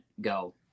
go